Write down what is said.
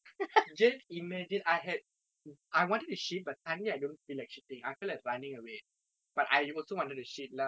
just imagine I had I wanted to shit but suddenly I don't feel like shitting I feel like running away but I also wanted to shit lah